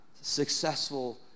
successful